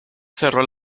cerró